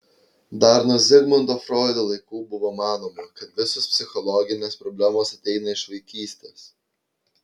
dar nuo zigmundo froido laikų buvo manoma kad visos psichologinės problemos ateina iš vaikystės